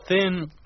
thin